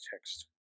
text